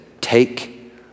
take